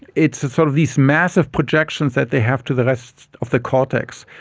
it's sort of these massive projections that they have to the rest of the cortex.